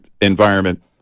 environment